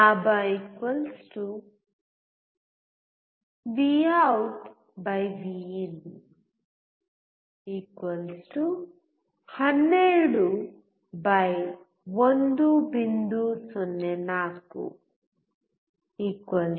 ಲಾಭ v out v in VoutVin 12 1